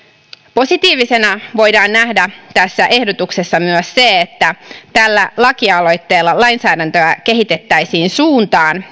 positiivisena voidaan nähdä tässä ehdotuksessa myös se että tällä lakialoitteella lainsäädäntöä kehitettäisiin suuntaan